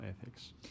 ethics